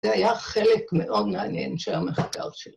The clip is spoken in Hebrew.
זה היה חלק מאוד מעניין של המחקר שלי.